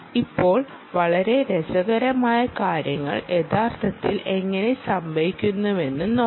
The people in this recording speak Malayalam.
ഇപ്പോൾ വളരെ രസകരമായ കാര്യങ്ങൾ യഥാർത്ഥത്തിൽ എങ്ങനെ സംഭവിക്കുമെന്ന് നോക്കാം